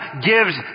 gives